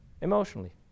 emotionally